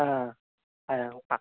हां हां हांय वा